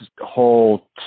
whole